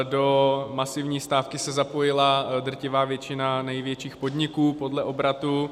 Do masivní stávky se zapojila drtivá většina největších podniků podle obratů.